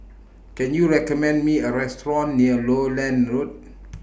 Can YOU recommend Me A Restaurant near Lowland Road